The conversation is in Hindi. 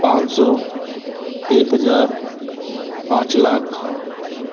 पाँच सौ एक हज़ार पाँच लाख